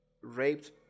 raped